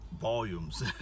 volumes